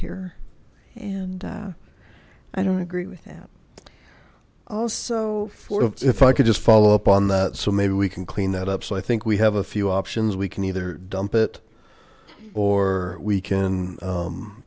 here and i don't agree with that also if i could just follow up on that so maybe we can clean that up so i think we have a few options we can either dump it or we can